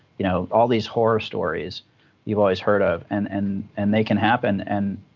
you know, all these horror stories you've always heard of. and and and they can happen. and